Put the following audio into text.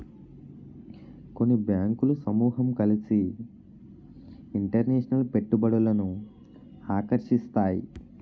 కొన్ని బ్యాంకులు సమూహం కలిసి ఇంటర్నేషనల్ పెట్టుబడులను ఆకర్షిస్తాయి